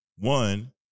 One